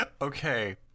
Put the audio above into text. Okay